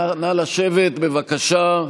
נא לשבת בבקשה.